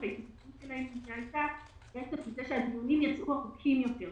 הייתה שהדיונים יצאו ארוכים יותר.